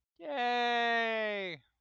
Yay